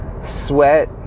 sweat